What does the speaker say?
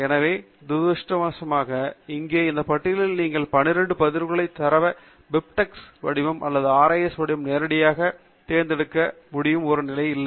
எனவே துரதிருஷ்டவசமாக இங்கே இந்த பட்டியலில் நீங்கள் இந்த 12 பதிவுகள் தரவு பிபிடெக்ஸ் வடிவம் அல்லது RIS வடிவம் நேரடியாக தேர்ந்தெடுக்க முடியும் ஒரு முறை இல்லை